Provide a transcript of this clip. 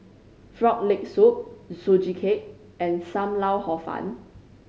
Frog Leg Soup Sugee Cake and Sam Lau Hor Fun